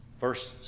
Verse